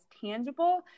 tangible